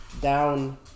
down